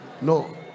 no